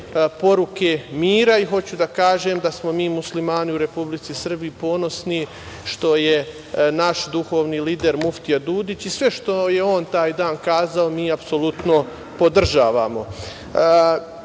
poruke mira. Hoću da kažem da smo mi muslimani u Republici Srbiji ponosni što je naš duhovni lider, muftija Dudić i sve što je on taj dan kazao, mi apsolutno podržavamo. Mogu